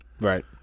Right